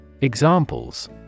Examples